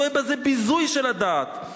רואה בזה ביזוי של הדת.